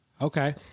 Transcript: okay